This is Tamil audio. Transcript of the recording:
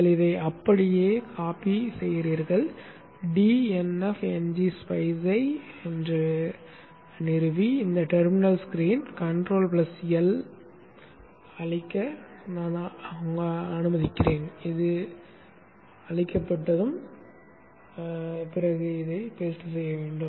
நீங்கள் இதை அப்படியே நகலெடுக்கிறீர்கள் dnf ngSpice ஐ நிறுவி இந்த டெர்மினல் ஸ்கிரீன் கண்ட்ரோல்L ஐ அழிக்க அனுமதிக்கிறேன் அது அழிக்கப்பட்டது இப்போது ஒட்டவும்